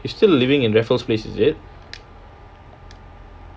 you still living in raffles place is it